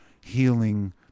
healing